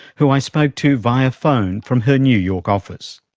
who i spoke to via phone from her new york office.